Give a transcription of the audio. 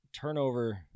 turnover